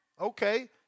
Okay